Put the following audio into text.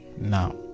now